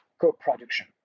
co-production